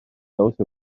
those